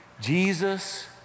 Jesus